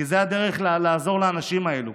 כי זאת הדרך לעזור לאנשים האלה.